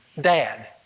dad